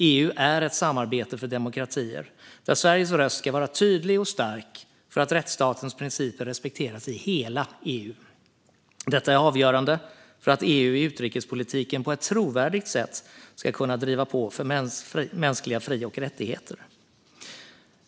EU är ett samarbete för demokratier, där Sveriges röst ska vara tydlig och stark för att rättsstatens principer ska respekteras i hela EU. Detta är avgörande för att EU i utrikespolitiken på ett trovärdigt sätt ska kunna driva på för mänskliga fri och rättigheter.